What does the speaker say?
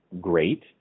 great